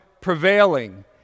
prevailing